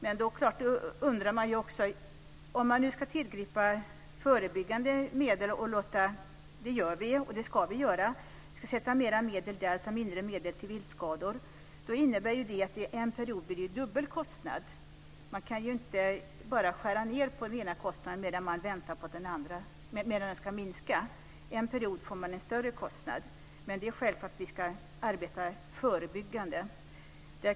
Men om mer medel ska avsättas för förebyggande ändamål och inte lika mycket medel för att ersätta viltskador, innebär det att det under en period kommer att bli en dubbel kostnad. Det går inte att vänta på att den ena kostnaden ska minska innan den andra kostnaden uppstår. Under en period blir det en större kostnad. Det är självklart att vi ska arbeta förebyggande.